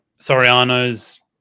Soriano's